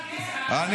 אחד גזען --- אחד גזען